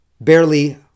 barely